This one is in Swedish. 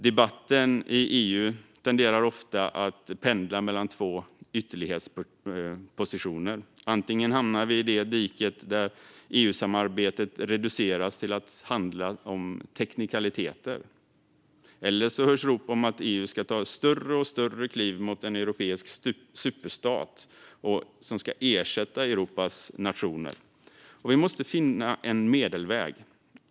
Debatten i EU tenderar ofta att pendla mellan två ytterlighetspositioner. Antingen hamnar vi i det diket där EU-samarbetet reduceras till att handla om teknikaliteter, eller så hörs rop om EU ska ta allt större kliv mot en europeisk superstat som ska ersätta Europas nationer. Vi måste finna en medelväg.